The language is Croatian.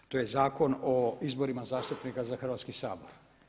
To je Zakon o izborima zastupnika za Hrvatski sabor.